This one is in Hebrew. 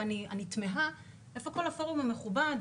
ואני תמהה איפה כל הפורום המכובד,